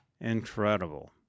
Incredible